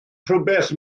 rhywbeth